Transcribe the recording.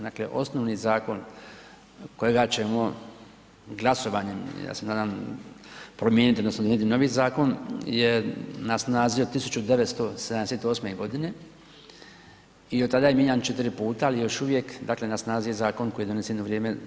Dakle osnovni zakon kojega ćemo glasovanjem i ja se nadam promijeniti, odnosno donijeti novi zakon je na snazi od 1978 godine i od tada je mijenjan 4 puta ali još uvijek dakle na snazi je zakon koji je donesen u vrijeme